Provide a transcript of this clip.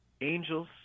angels